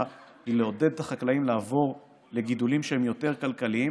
היא לעודד את החקלאים לעבור לגידולים שהם יותר כלכליים,